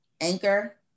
Anchor